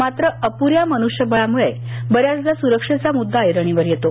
मात्र अप्ऱ्या मन्ष्यबळामुळे ब याचदा सुरक्षेचा मुद्दा ऐरणीवर येतो